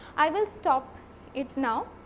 i will stop it now